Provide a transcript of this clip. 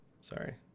Sorry